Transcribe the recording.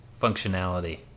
functionality